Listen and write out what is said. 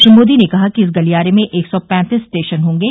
श्री मोदी ने कहा कि इस गलियारे में एक सौ पैंतीस स्टेशन होंगे